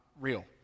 real